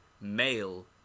MALE